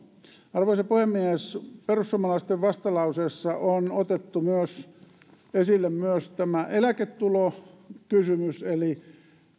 arvoisa puhemies perussuomalaisten vastalauseessa on otettu esille myös tämä eläketulokysymys eli